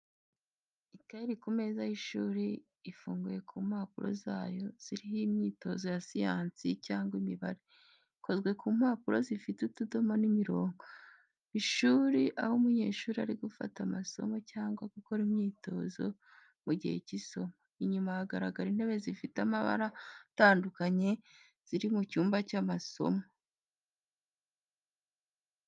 Ikaye iri ku meza y’ishuri, ifunguye ku mpapuro zayo ziriho imyitozo ya siyansi cyangwa imibare, ikozwe ku mpapuro zifite utudomo n’imirongo. Ishuri aho umunyeshuri ari gufata amasomo cyangwa gukora imyitozo mu gihe cy’isomo. Inyuma hagaragara intebe zifite amabara atandukanye, ziri mu cyumba cy’amasomo.